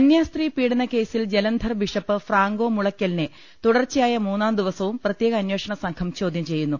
കന്യാസ്ത്രീ പീഡനക്കേസിൽ Jalandhar bishop Franco മുളയ്ക്കലിനെ തുടർച്ചയായ മൂന്നാം ദിവസവും പ്രത്യേക അന്വേഷണസംഘം ചോദ്യം ചെയ്യുന്നു